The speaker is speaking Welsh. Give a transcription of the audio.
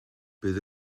bydd